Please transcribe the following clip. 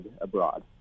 abroad